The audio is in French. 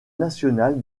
national